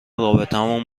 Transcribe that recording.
رابطمون